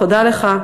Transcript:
תודה לך.